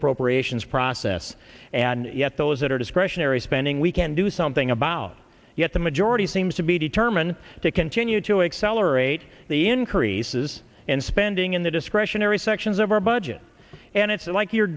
appropriations process and yet those that are discretionary spending we can do something about yet the majority seems to be determined to continue to accelerate the increases in spending in the discretionary sections of our budget and it's like you're